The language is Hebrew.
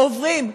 עוברים.